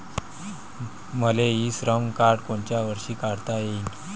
मले e Shram card कोनच्या वर्षी काढता येईन?